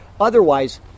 otherwise